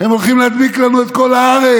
הם הולכים להדביק לנו את כל הארץ.